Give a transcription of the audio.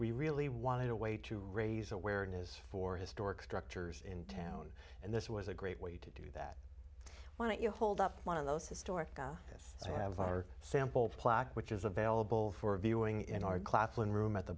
we really wanted a way to raise awareness for historic structures in town and this was a great way to do that when you hold up one of those historic got this have our sample plaque which is available for viewing in our claflin room at the